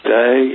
day